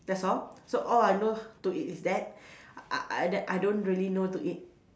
that's all so all I know to eat is that I I that I don't really know to eat